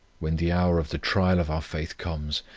when the hour of the trial of our faith comes,